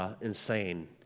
insane